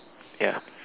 ya